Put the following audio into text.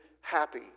happy